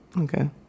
Okay